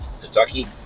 Kentucky